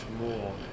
more